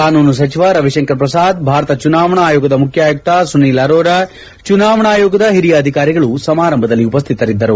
ಕಾನೂನು ಸಚಿವ ರವಿಶಂಕರ್ ಪ್ರಸಾದ್ ಭಾರತ ಚುನಾವಣಾ ಆಯೋಗದ ಮುಖ್ಯ ಆಯುಕ್ತ ಸುನೀಲ್ ಅರೋರಾ ಚುನಾವಣಾ ಆಯೋಗದ ಹಿರಿಯ ಅಧಿಕಾರಿಗಳು ಸಮಾರಂಭದಲ್ಲಿ ಉಪಸ್ಥಿತರಿದ್ದರು